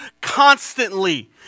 constantly